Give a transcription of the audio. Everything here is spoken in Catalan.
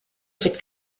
fet